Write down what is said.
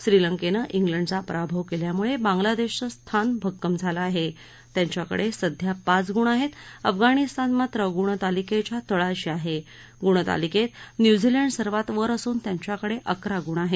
श्रीलंक्ती उलडचा पराभव कल्यामुळबिंग्लादृष्टीप्र स्थान भक्कम झालं आह त्याच्याकड सध्या पाच गुण आहस्त अफगाणिस्तान मात्र गुणतालिकस्त्या तळाशी आह गुणतालिकत्ति न्युझीलंड सर्वात वर असून त्यांच्याकड अिकरा गुण आह